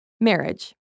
marriage